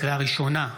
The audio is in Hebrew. לקריאה ראשונה,